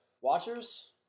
watchers